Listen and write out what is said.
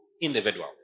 individual